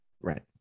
right